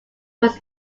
was